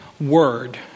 word